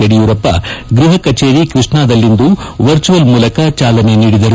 ಯಡಿಯೂರಪ್ಪ ಗೃಹ ಕಚೇರಿ ಕೃಷ್ಣಾದಲ್ಲಿಂದು ವರ್ಚುವಲ್ ಮೂಲಕ ಚಾಲನೆ ನೀಡಿದರು